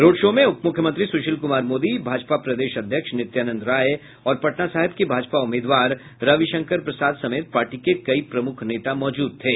road show में उप मुख्यमंत्री सुशील कूमार मोदी भाजपा प्रदेश अध्यक्ष नित्यानंद राय और पटना साहिब के भाजपा उम्मीदवार रविशंकर प्रसाद समेत पार्टी के कई प्रमुख नेता मौजूद थे